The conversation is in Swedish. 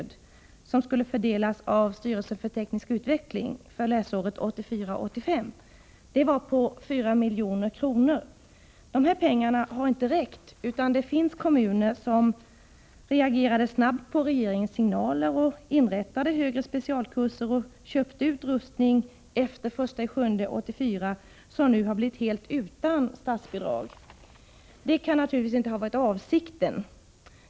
Dessa pengar har inte räckt, utan det finns kommuner vilka reagerade snabbt på regeringens signaler, inrättade högre specialkurser och inköpte utrustning efter den 1 juli 1984 som nu har blivit helt utan statsbidrag. Det kan naturligtvis inte ha varit avsikten.